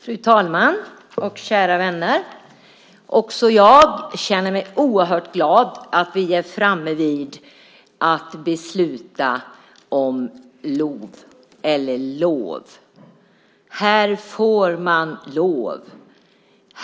Fru talman! Kära vänner! Också jag är oerhört glad för att vi är framme vid att besluta om LOV, eller lov - här får man lov.